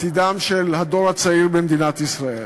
עתידו של הדור הצעיר במדינת ישראל.